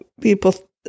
people